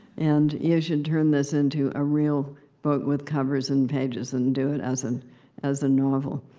and you should turn this into a real book with covers and pages, and do it as and as a novel.